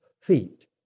feet